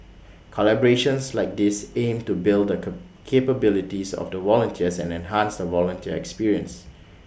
collaborations like these aim to build the capabilities of the volunteers and enhance the volunteer experience